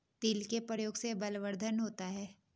तिल के प्रयोग से बलवर्धन होता है